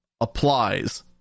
applies